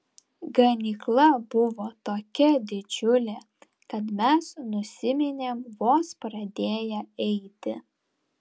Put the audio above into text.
ganykla buvo tokia didžiulė kad mes nusiminėm vos pradėję eiti